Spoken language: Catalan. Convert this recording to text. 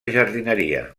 jardineria